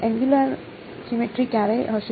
એનગયુંલર symmetry ક્યારે હશે